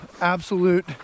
absolute